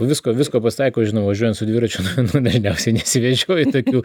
visko visko pasitaiko žinoma važiuojant su dviračiu nu nu nesi nesivežioji tokių